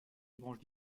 branches